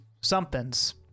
somethings